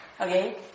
Okay